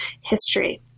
history